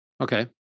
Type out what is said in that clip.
Okay